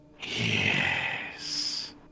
Yes